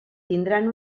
tindran